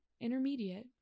intermediate